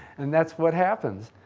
and that's what happens.